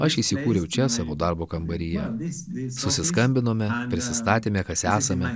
aš įsikūriau čia savo darbo kambaryje susiskambinome prisistatėme kas esame